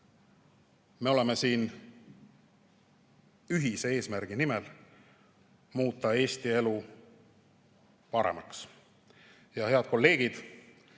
Me oleme siin ühise eesmärgi nimel: muuta Eesti elu paremaks. Head kolleegid!